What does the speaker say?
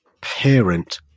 parent